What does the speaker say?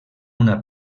una